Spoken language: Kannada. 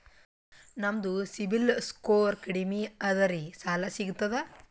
ನಮ್ದು ಸಿಬಿಲ್ ಸ್ಕೋರ್ ಕಡಿಮಿ ಅದರಿ ಸಾಲಾ ಸಿಗ್ತದ?